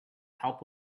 help